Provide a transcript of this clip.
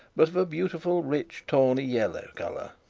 but of a beautiful rich tawny yellow colour,